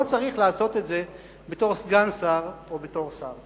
לא צריך לעשות את זה בתור סגן שר או בתור שר.